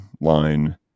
line